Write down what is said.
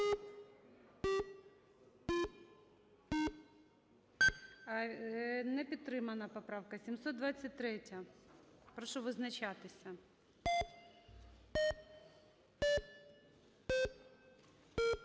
Не підтримана поправка. 723-я. Прошу визначатися.